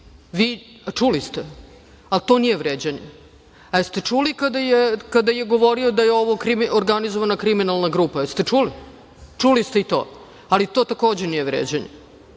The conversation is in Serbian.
Čuli ste? A to nije vređanje? Jel ste čuli kada je govorio da je ovo organizovana kriminalna grupa? Čuli ste i to, ali to takođe nije vređanje,